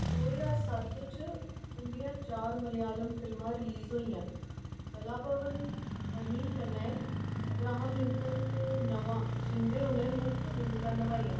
दो ज्हार सत्त च उं'दियां चार मलयालम फिल्मां रिलीज होइयां कलाभवन मणि कन्नै अब्राहम लिंकन ते नमां जिं'दे उ'नें मुक्ख भूमिकां नभाइयां